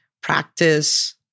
practice